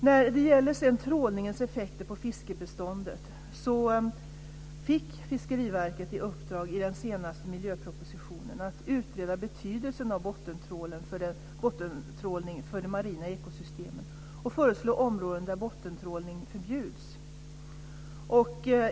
När det sedan gäller trålningens effekter på fiskbeståndet så fick Fiskeriverket i den senaste miljöpropositionen i uppdrag att utröna betydelsen av bottentrålningen för de marina ekosystemen, och föreslå områden där bottentrålning förbjuds.